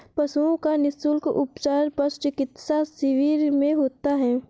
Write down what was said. पशुओं का निःशुल्क उपचार पशु चिकित्सा शिविर में होता है